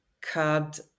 curbed